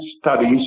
studies